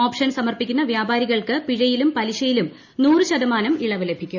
option സമർപ്പിക്കുന്ന വ്യാപാരികൾക്ക് പിഴയിലും പലിശയിലും നൂറ് ശതമാനം ഇളവ് ലഭിക്കും